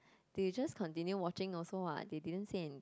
they just continue watching also what they didn't say anything